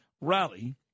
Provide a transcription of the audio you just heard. Rally